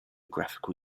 graphical